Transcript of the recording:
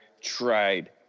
tried